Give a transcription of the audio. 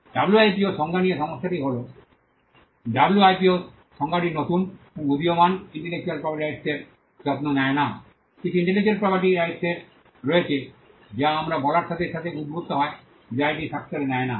WIPO সংজ্ঞা নিয়ে সমস্যাটি হল ডাব্লুআইপিওস সংজ্ঞাটি নতুন এবং উদীয়মান ইন্টেলেকচুয়াল প্রপার্টি রাইটস এর যত্ন নেয় না কিছু ইন্টেলেকচুয়াল প্রপার্টি রাইটস এর রয়েছে যা আমরা বলার সাথে সাথে উদ্ভূত হয় যা এটি ফ্যাক্টারে নেয় না